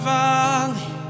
valley